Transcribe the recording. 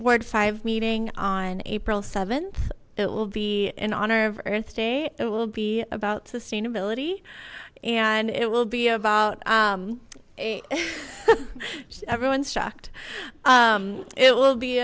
word five meeting on april th it will be an honor of earth day it will be about sustainability and it will be about a everyone's shocked it will be